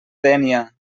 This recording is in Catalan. dénia